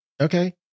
Okay